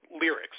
lyrics